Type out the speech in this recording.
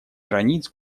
границ